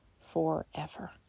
forever